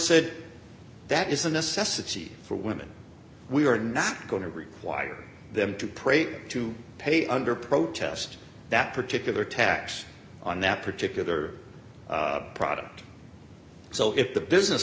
said that is a necessity for women we are not going to require them to pray to pay under protest that particular tax on that particular product so if the business